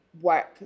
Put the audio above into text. Work